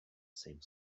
same